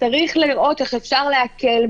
צריך לראות איך אפשר להקל,